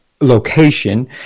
location